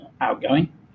outgoing